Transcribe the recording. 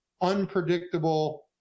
unpredictable